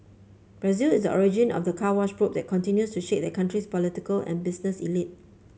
Brazil is a origin of the Car Wash probe that continues to shake that country's political and business elite